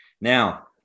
Now